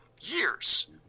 years